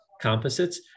composites